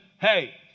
hey